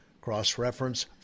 cross-reference